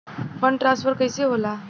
Fund transfer कैसे होला?